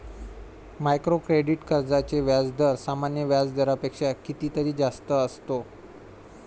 micro credit कर्जांचा व्याजदर सामान्य व्याज दरापेक्षा कितीतरी जास्त असतो